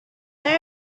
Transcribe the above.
know